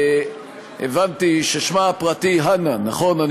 הבנתי ששמה הפרטי הנא, נכון?